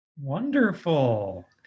Wonderful